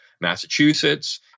Massachusetts